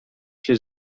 się